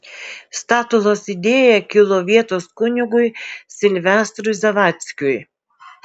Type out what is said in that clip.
statulos idėja kilo vietos kunigui silvestrui zavadzkiui